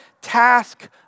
task